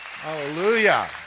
Hallelujah